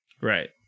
Right